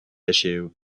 issue